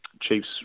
Chiefs